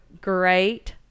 Great